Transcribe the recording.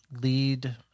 lead